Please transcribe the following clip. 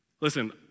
Listen